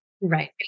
Right